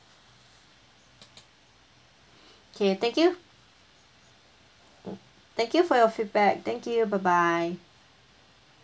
okay thank you mm thank you for your feedback thank you bye bye